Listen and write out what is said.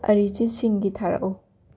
ꯑꯔꯤꯖꯤꯠ ꯁꯤꯡꯒꯤ ꯊꯥꯔꯛꯎ